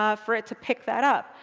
ah for it to pick that up.